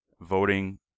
voting